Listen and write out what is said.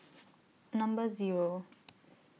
Number Zero